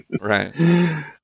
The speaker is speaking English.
Right